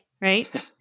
right